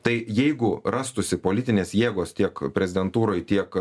tai jeigu rastųsi politinės jėgos tiek prezidentūroj tiek